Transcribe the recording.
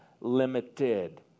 limited